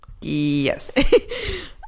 Yes